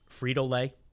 Frito-Lay